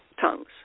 tongues